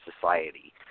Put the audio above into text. society